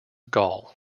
gall